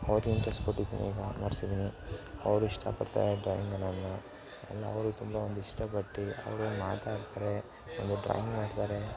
ಅವ್ರಿಗೆ ಇಂಟ್ರಸ್ಟ್ ಕೊಟ್ಟಿದ್ದೀನಿ ಈಗ ಮಾಡ್ಸಿದ್ದೀನಿ ಅವರು ಇಷ್ಟಪಡ್ತಾರೆ ಡ್ರಾಯಿಂಗ್ ನಾನು ಎಲ್ಲ ಅವರು ತುಂಬ ಒಂದು ಇಷ್ಟಪಟ್ಟು ಅವ್ರೊಂದು ಮಾತಾಡ್ತಾರೆ ಒಂದು ಡ್ರಾಯಿಂಗ್ ಮಾಡ್ತಾರೆ